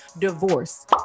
divorce